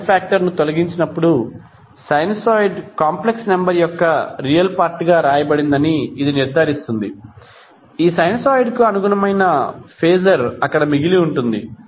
time factor ను తొలగించినప్పుడు sinusoid complex number యొక్క రియల్ పార్ట్ గా వ్రాయబడిందని ఇది నిర్ధారిస్తుంది ఆ సైనూసోయిడ్ కు అనుగుణమైన ఫేజర్ అక్కడ మిగిలి ఉంటుంది